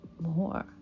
more